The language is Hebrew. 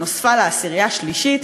שנוספה לה עשירייה שלישית,